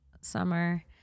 summer